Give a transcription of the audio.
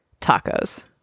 tacos